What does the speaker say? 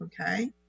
okay